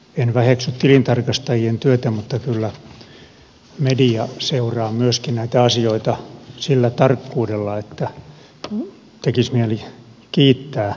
en väheksy tilintarkastajien työtä mutta kyllä media seuraa myöskin näitä asioita sillä tarkkuudella että tekisi mieli kiittää